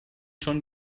چون